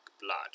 blood